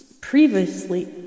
previously